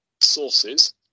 sources